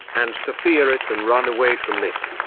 and to fear it and run away from it.